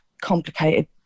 complicated